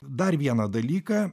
dar vieną dalyką